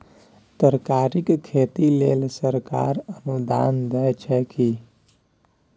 तरकारीक खेती लेल सरकार अनुदान दै छै की?